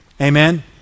Amen